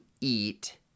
eat